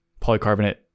polycarbonate